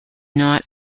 not